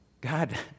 God